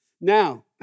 Now